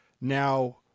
now